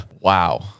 Wow